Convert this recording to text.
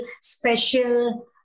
special